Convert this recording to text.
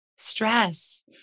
Stress